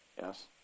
yes